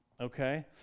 Okay